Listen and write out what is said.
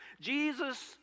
Jesus